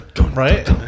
Right